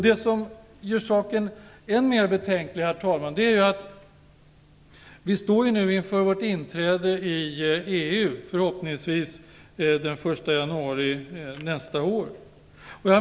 Det som gör saken än mer betänklig, herr talman, är att vi nu står inför vårt inträde i EU, förhoppningsvis den 1 januari nästa år.